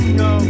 no